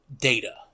data